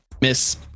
Miss